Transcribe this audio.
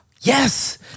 Yes